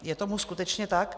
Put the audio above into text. Je tomu skutečně tak?